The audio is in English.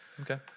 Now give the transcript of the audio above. Okay